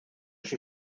się